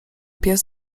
pies